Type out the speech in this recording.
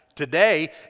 today